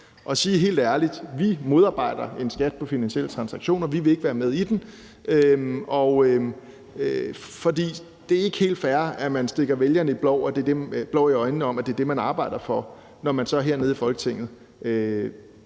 og helt ærligt sige: Vi modarbejder en skat på finansielle transaktioner; vi vil ikke være med i den. For det er ikke helt fair, at man stikker vælgerne blår i øjnene og siger, det er det, man arbejder for, når man så hernede i Folketingssalen